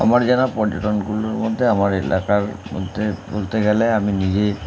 আমার যেন পর্যটনগুলোর মধ্যে আমার এলাকার মধ্যে বলতে গেলে আমি নিজে